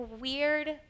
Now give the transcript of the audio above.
weird